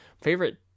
favorite